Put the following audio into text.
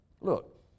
Look